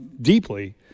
deeply